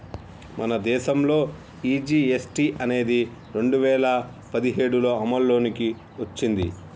మన దేసంలో ఈ జీ.ఎస్.టి అనేది రెండు వేల పదిఏడులో అమల్లోకి ఓచ్చింది